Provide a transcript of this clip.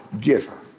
giver